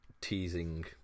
teasing